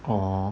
!aww!